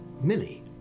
Millie